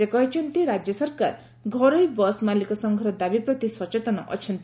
ସେ କହିଛନ୍ତି ରାକ୍ୟ ସରକାର ଘରୋଇ ବସ୍ ମାଲିକ ସଂଘର ଦାବିପ୍ରତି ସଚେତନ ଅଛନ୍ତି